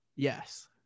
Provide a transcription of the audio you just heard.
Yes